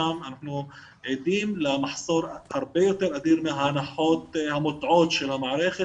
שם אנחנו עדים למחסור הרבה יותר אדיר מההנחות המוטעות של המערכת